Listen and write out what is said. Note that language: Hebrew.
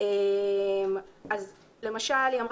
אז למשל,